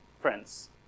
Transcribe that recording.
friends